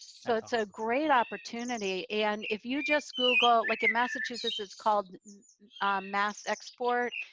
so it's a great opportunity and if you just google. like in massachusetts, it's called mass export,